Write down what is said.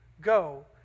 Go